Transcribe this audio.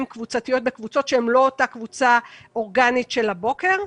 קבוצתיות בקבוצות שהן לא אותה קבוצה אורגנית של הבוקר,